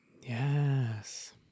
Yes